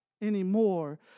anymore